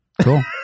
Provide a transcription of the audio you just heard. cool